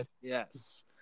Yes